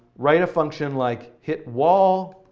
write a function like hitwall.